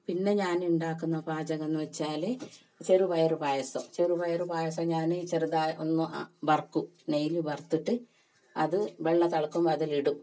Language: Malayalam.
പിന്നെ ഞാൻ ഉണ്ടാക്കുന്ന പാചകം എന്ന് വച്ചാൽ ചെറുപയർ പായസം ചെറുപയർ പായസം ഞാൻ ചെറുതായി ഒന്ന് വറക്കും നെയ്യിൽ വറത്തിട്ട് അത് വെള്ളം തിളക്കുമ്പോൾ അതിലിടും